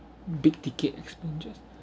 big ticket expenditures